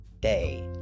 day